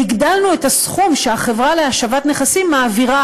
והגדלנו את הסכום שהחברה להשבת נכסים מעבירה